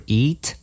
eat